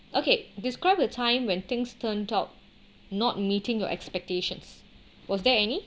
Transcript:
okay describe a time when things turn out not meeting your expectations was there any